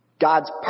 God's